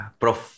prof